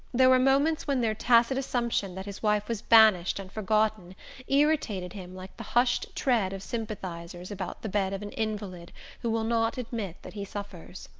there were moments when their tacit assumption that his wife was banished and forgotten irritated him like the hushed tread of sympathizers about the bed of an invalid who will not admit that he suffers.